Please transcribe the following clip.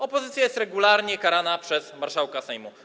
Opozycja jest regularnie karana przez marszałka Sejmu.